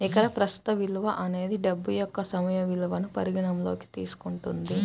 నికర ప్రస్తుత విలువ అనేది డబ్బు యొక్క సమయ విలువను పరిగణనలోకి తీసుకుంటుంది